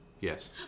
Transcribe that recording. Yes